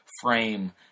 frame